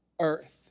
Earth